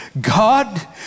God